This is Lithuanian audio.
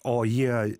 o jie